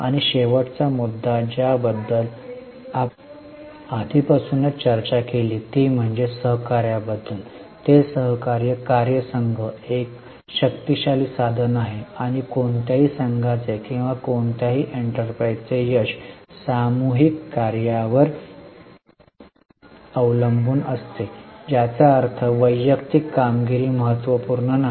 आणि शेवटचा मुद्दा ज्याबद्दल आपण आधीपासूनच चर्चा केली ती म्हणजे सहकार्याबद्दल ते सहकार्य कार्यसंघ एक शक्तीशाली साधन आहे आणि कोणत्याही संघाचे किंवा कोणत्याही एंटरप्राइझचे यश सामूहिक कार्यावर अवलंबून असते ज्याचा अर्थ वैयक्तिक कामगिरी महत्त्वपूर्ण नाही